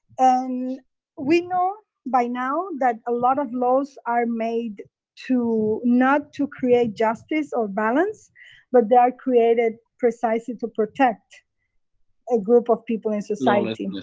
and we know by now that a lot of laws are made not to create justice or balance but they are created precisely to protect a group of people in society.